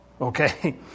Okay